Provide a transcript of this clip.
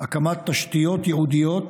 הקמת תשתיות ייעודיות